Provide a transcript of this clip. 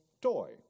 toy